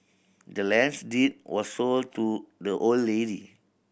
the land's deed was sold to the old lady